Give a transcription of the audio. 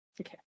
Okay